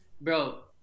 Bro